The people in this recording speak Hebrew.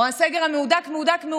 או הסגר המהודק-מהודק-מהודק.